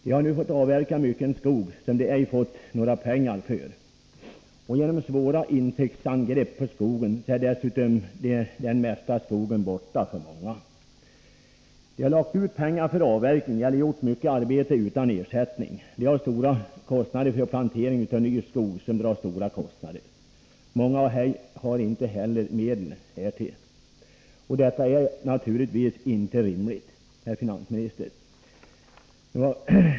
De har nu fått avverka mycken skog, som de ej fått några pengar för. Genom svåra insektsangrepp på skogen är dessutom den mesta skogen borta för många. De har lagt ut pengar för avverkning eller gjort mycket arbete utan ersättning. De har stora kostnader för plantering av ny skog. Många har inte heller medel härtill. Detta är naturligtvis inte rimligt, herr finansminister.